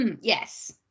yes